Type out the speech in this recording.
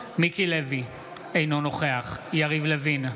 מיקי לוי, אינו נוכח יריב לוין,